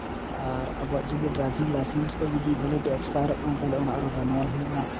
ᱟᱨ ᱟᱵᱚᱣᱟᱜ ᱡᱩᱫᱤ driving licence ᱠᱚ ᱡᱩᱫᱤ ᱵᱷᱮᱞᱤᱰᱤᱴᱤ ᱮᱠᱥᱯᱟᱭᱟᱨᱚᱜ ᱠᱟᱱᱟ ᱛᱟᱦᱚᱞᱮ ᱚᱱᱟ ᱛᱟᱦᱚᱞᱮ ᱚᱱᱟ ᱟᱨ ᱨᱮᱱᱩᱭᱮᱞ ᱦᱩᱭᱮᱱᱟ